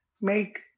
make